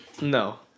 no